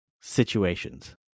situations